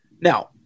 now